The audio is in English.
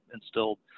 instilled